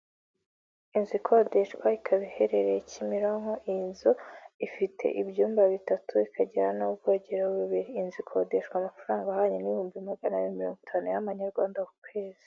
Inzu ikodeshwa, ikaba iherereye Kimironko, iyi nzu ifite ibyumba bitatu ikagira n'ubwogero bubiri. Inzu ikodeshwa amafaranga ahwanye n'ibihumbi magana abiri mirongo itanu y'amanyarwanda ku kwezi.